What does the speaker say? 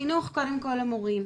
חינוך קודם כל למורים,